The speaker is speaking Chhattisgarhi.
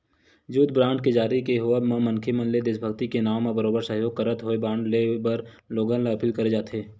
युद्ध बांड के जारी के होवब म मनखे मन ले देसभक्ति के नांव म बरोबर सहयोग करत होय बांड लेय बर लोगन ल अपील करे जाथे